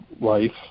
life